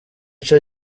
ico